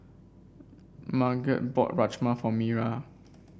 Marget bought Rajma for Mira